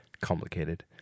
complicated